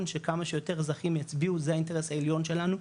שכמה שיותר אזרחים יצביעו זה האינטרס העליון שלנו,